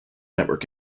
network